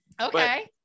okay